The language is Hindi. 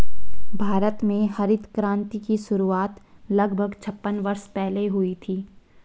भारत में हरित क्रांति की शुरुआत लगभग छप्पन वर्ष पहले हुई थी